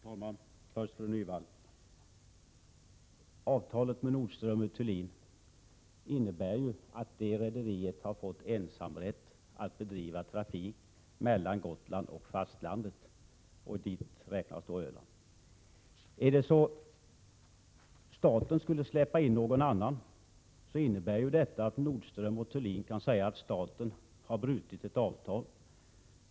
Herr talman! Jag vänder mig först till fru Hasselström Nyvall. Avtalet med Nordström & Thulin innebär att rederiet har fått ensamrätt att bedriva trafik mellan Gotland och fastlandet, och till fastlandet räknas också Öland. Om staten skulle släppa in någon annan, innebär det att Nordström & Thulin kan anföra att staten har brutit sitt avtal.